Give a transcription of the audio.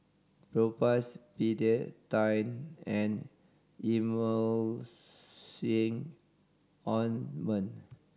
Propass Betadine and Emulsying Ointment